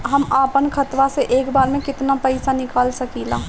हम आपन खतवा से एक बेर मे केतना पईसा निकाल सकिला?